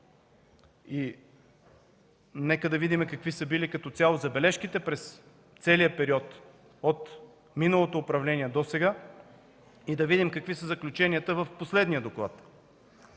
Нека да видим какви са били като цяло забележките през целия период от миналото управление до сега и да видим какви са заключенията в последния доклад.